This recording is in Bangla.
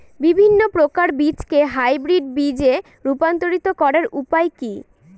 বিভিন্ন প্রকার বীজকে হাইব্রিড বীজ এ রূপান্তরিত করার উপায় কি?